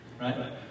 right